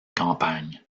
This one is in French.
campagnes